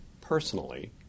personally